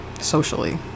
socially